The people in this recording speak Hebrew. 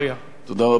אדוני היושב-ראש,